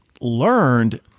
learned